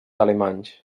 alemanys